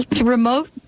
remote